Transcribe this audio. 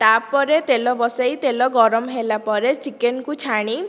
ତାପରେ ତେଲ ବସେଇ ତେଲ ଗରମ ହେଲା ପରେ ଚିକେନକୁ ଛାଣି